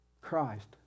Christ